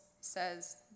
says